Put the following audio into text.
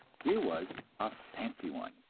here was a fancy one,